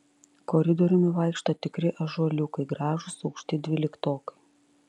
koridoriumi vaikšto tikri ąžuoliukai gražūs aukšti dvyliktokai